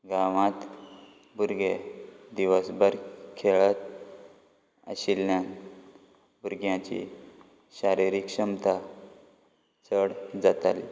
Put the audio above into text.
गांवात भुरगे दिवस भर खेळत आशिल्ल्यान भुरग्याची शारिरीक क्षमता चड जाताली